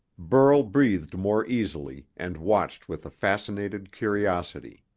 burl breathed more easily, and watched with a fascinated curiosity.